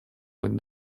быть